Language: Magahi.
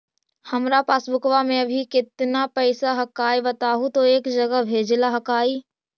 हमार पासबुकवा में अभी कितना पैसावा हक्काई बताहु तो एक जगह भेजेला हक्कई?